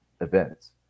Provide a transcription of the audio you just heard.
events